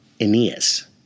Aeneas